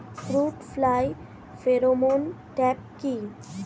Fruit fly pheromone trap কি?